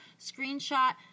screenshot